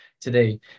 today